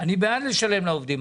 לשלם לעובדים,